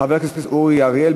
חבר הכנסת אורי אריאל,